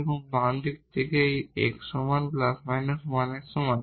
এখন বাম দিক থেকে এই x সমান ± 1 এর সমান